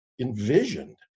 envisioned